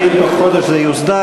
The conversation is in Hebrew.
שאם בתוך חודש זה יוסדר,